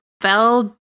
fell